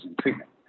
treatment